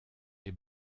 les